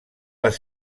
les